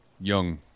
young